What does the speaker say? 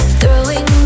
throwing